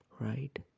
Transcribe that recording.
right